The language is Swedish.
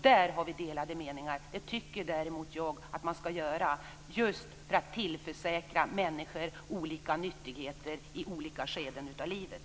Där har vi delade meningar. Det tycker däremot jag att man skall göra för att tillförsäkra människor olika nyttigheter i olika skeden av livet.